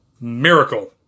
Miracle